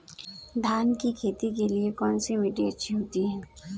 धान की खेती के लिए कौनसी मिट्टी अच्छी होती है?